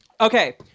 Okay